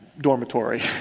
dormitory